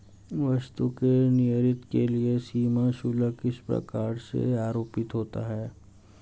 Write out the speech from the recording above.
वस्तु के निर्यात के लिए सीमा शुल्क किस प्रकार से आरोपित होता है?